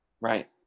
Right